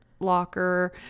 locker